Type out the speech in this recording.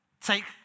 take